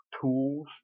tools